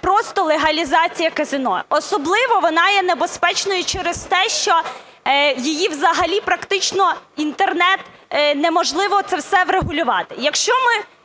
просто легалізація казино. Особливо вона є небезпечною через те, що її взагалі практично, Інтернет, неможливо це все врегулювати